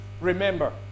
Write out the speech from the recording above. remember